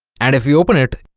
and if you open it